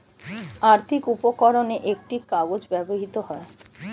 আর্থিক উপকরণে একটি কাগজ ব্যবহৃত হয়